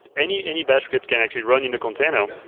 any any batch scripts can actually run in a container.